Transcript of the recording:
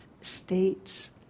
states